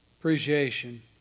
appreciation